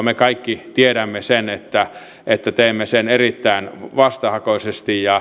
me kaikki tiedämme sen että teemme sen erittäin vastahakoisesti